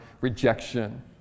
rejection